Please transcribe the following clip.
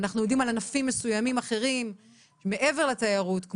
אנחנו יודעים על ענפים כמו התרבות,